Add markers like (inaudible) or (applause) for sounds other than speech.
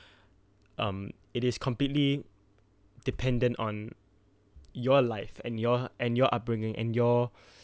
(breath) um it is completely dependant on your life and your and your upbringing and your (breath)